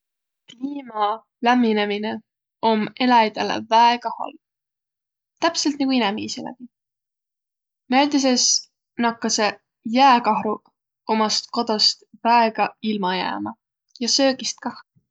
Kliima lämminemine om eläjile väega halv. Täpselt nigu inemiisilegi. Näütüses nakkasõq jääkahruq umast kodost väega ilma jäämä. Ja söögist kah.